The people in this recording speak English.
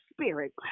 spirit